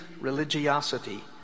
religiosity